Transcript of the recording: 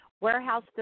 Warehouse